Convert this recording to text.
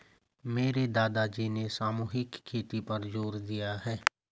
मेरे दादाजी ने सामूहिक खेती पर जोर दिया है